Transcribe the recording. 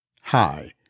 Hi